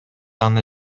аны